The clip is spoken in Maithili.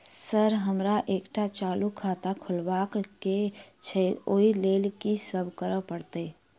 सर हमरा एकटा चालू खाता खोलबाबह केँ छै ओई लेल की सब करऽ परतै?